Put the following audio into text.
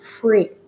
free